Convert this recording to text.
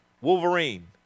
Wolverine